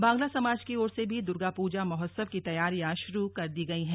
बांग्ला समाज की ओर से भी दुर्गा पूजा महोत्सव की तैयारियां शुरू कर दी गई हैं